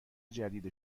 جدید